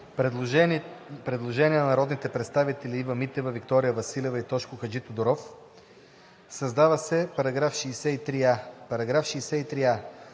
предложението на народните представители Ива Митева, Виктория Василева и Тошко Хаджитодоров по създаване на чл. 63а.